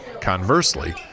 conversely